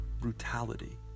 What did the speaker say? brutality